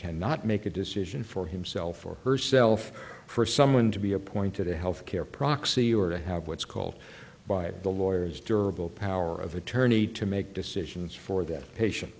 cannot make a decision for himself or herself for someone to be appointed a health care proxy or to have what's called by the lawyers durable power of attorney to make decisions for that patient